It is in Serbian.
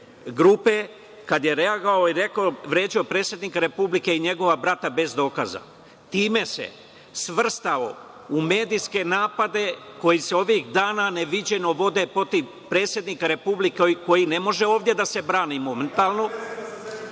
grupe reagovao i vređao predsednika Republike i njegovog brata bez dokaza. Time se svrstao u medijske napade koji se ovih dana neviđeno vode protiv predsednika Republike i koji ne može ovde da se brani momentalno.